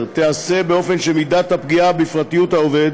תיעשה באופן שמידת הפגיעה בפרטיות העובד